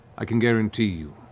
i can guarantee you,